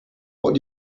what